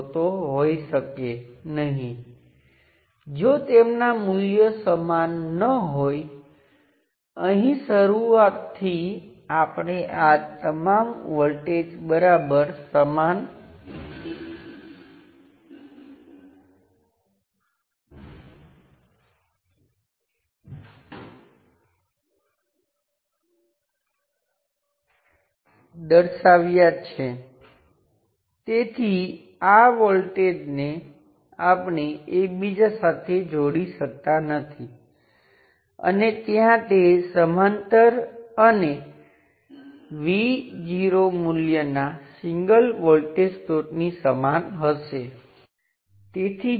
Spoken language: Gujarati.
પ્રશ્ન એ છે કે શું આપણે સરળ સર્કિટ સાથે આવી શકીએ જ્યારે તેની સાથે I1 જોડાયેલ હોય ત્યારે તે સમાન વોલ્ટેજ આપે અને તે ખૂબ જ સરળ છે